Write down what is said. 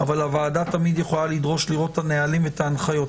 אבל הוועדה תמיד יכולה לדרוש לראות את הנהלים ואת ההנחיות.